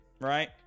right